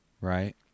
Right